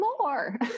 more